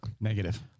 Negative